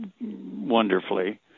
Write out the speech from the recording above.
wonderfully